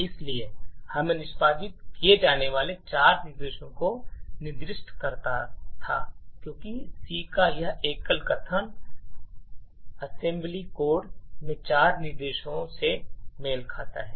इसलिए हमें निष्पादित किए जाने वाले चार निर्देशों को निर्दिष्ट करना था क्योंकि C का यह एकल कथन असेंबली कोड में चार निर्देशों से मेल खाता है